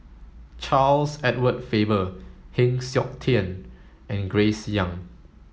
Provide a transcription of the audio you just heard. Charles Edward Faber Heng Siok Tian and Grace Young